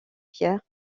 pierre